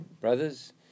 Brothers